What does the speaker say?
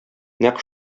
нәкъ